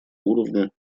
уровня